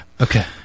Okay